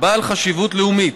בעל חשיבות לאומית,